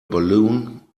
balloon